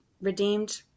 redeemed